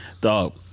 dog